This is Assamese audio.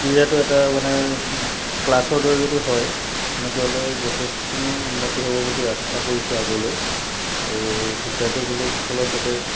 ক্ৰীড়াটো এটা মানে ক্লাছৰ দৰে যদি হয় তেনেকৈ হ'লে যথেষ্টখিনি উন্নতি হ'ব বুলি আশা কৰিছোঁ আগলৈ আৰু শিক্ষাৰ্থীসকলক খেলত যাতে